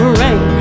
rain